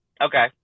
Okay